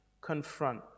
confront